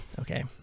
Okay